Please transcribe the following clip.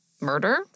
murder